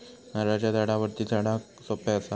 नारळाच्या झाडावरती चडाक सोप्या कसा?